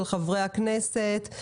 של חברי הכנסת,